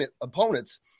opponents